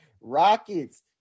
Rockets